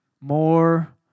More